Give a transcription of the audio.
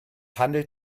handelt